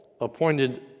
appointed